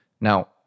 Now